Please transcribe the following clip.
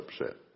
upset